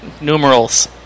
numerals